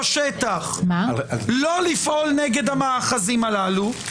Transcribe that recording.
לא לפעול נגד המאחזים הללו.